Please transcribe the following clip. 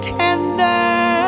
tender